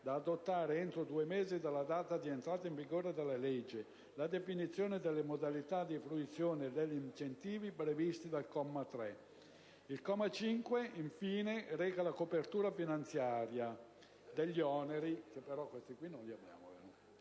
da adottare entro due mesi dalla data di entrata in vigore della legge, la definizione delle modalità di fruizione degli incentivi previsti dal comma 3. Il comma 5, infine, reca la copertura finanziaria degli oneri, che ci riserviamo di valutare in